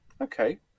Okay